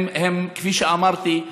כפי שאמרתי,